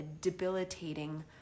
debilitating